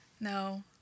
No